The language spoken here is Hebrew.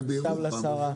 רק בירוחם,